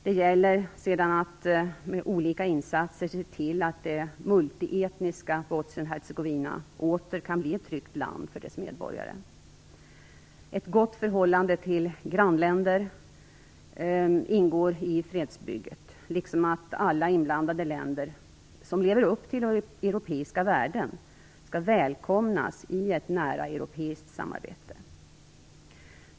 Det gäller sedan att med olika insatser se till att det multietniska Bosnien-Hercegovina åter kan bli ett tryggt land för dess medborgare. Ett gott förhållande till grannländer ingår i fredsbygget, liksom att alla inblandade länder som lever upp till europeiska värden skall välkomnas i ett nära europeiskt samarbete.